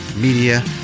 media